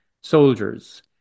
soldiers